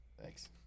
Thanks